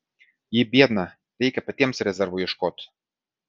ji biedna reikia patiems rezervų ieškoti